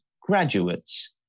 graduates